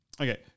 Okay